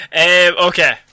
Okay